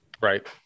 right